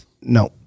no